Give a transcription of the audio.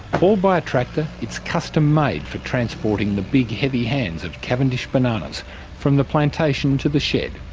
hauled by a tractor, it's custom made for transporting the big heavy hands of cavendish bananas from the plantation to the shed.